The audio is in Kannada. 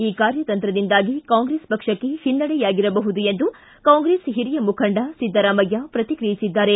ಈ ಕಾರ್ಯತಂತ್ರದಿಂದಾಗಿ ಕಾಂಗ್ರೆಸ್ ಪಕ್ಷಕ್ಕೆ ಹಿನ್ನಡೆಯಾಗಿರಬಹುದು ಎಂದು ಕಾಂಗ್ರೆಸ್ ಹಿರಿಯ ಮುಖಂಡ ಸಿದ್ದರಾಮಯ್ಯ ಪ್ರತಿಕ್ರಿಯಿಸಿದ್ದಾರೆ